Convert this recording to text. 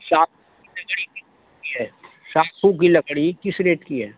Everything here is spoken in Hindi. साखू की लकड़ी किस रेट की है सासू की लकड़ी किस रेट की है